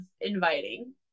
inviting